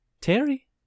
Terry